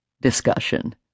Discussion